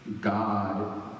God